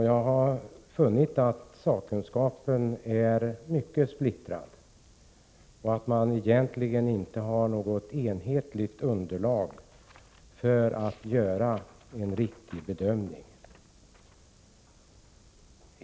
Jag har funnit att sakkunskapen är mycket splittrad, och att den egentligen inte ger något enhetligt underlag för att man skall kunna göra en riktig bedömning.